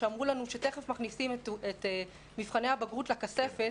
כשאמרו לנו שתיכף מכניסים את מבחני הבגרות לכספת,